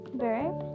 verb